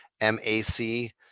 M-A-C